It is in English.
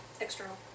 External